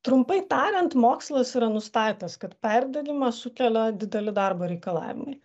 trumpai tariant mokslas yra nustatęs kad perdegimą sukelia dideli darbo reikalavimai